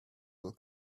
will